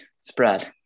spread